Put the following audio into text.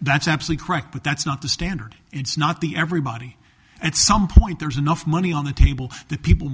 that's absolutely correct but that's not the standard it's not the everybody at some point there's enough money on the table the people